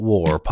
War